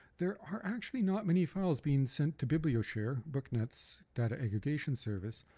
there are actually not many files being sent to biblioshare, booknet's data aggregation service,